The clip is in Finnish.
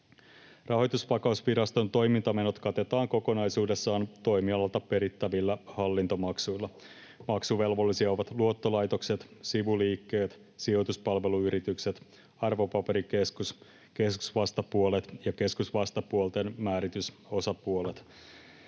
Rahoitusvakausviraston toimintamenot katetaan kokonaisuudessaan toimialalta perittävillä hallintomaksuilla. Maksuvelvollisia ovat luottolaitokset, sivuliikkeet, sijoituspalveluyritykset, arvopaperikeskus, keskusvastapuolet ja keskusvastapuolten määritysosapuolet.